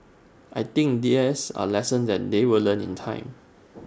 I think these are lessons that they will learn in time